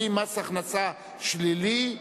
הכנסת אריה ביבי,